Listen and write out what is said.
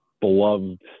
beloved